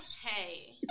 Hey